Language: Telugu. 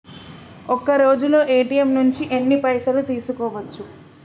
ఒక్కరోజులో ఏ.టి.ఎమ్ నుంచి ఎన్ని పైసలు తీసుకోవచ్చు?